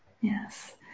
Yes